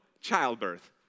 childbirth